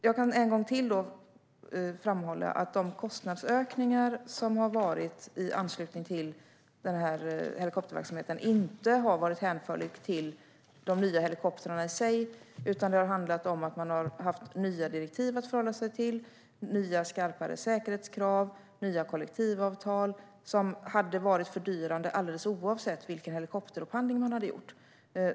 Jag kan än en gång framhålla att de kostnadsökningar som har varit i anslutning till denna helikopterverksamhet inte har varit hänförlig till de nya helikoptrarna i sig, utan det har handlat om att man har haft nya direktiv att förhålla sig till, nya skarpare säkerhetskrav och nya kollektivavtal som hade varit fördyrande alldeles oavsett vilken helikopterupphandling man hade gjort.